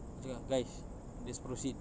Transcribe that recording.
then I cakap ah guys just proceed